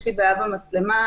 יש לי בעיה במצלמה.